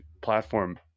platform